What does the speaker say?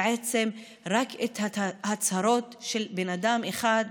ובעצם רק את ההצהרות של בן אדם אחד,